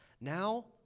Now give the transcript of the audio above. Now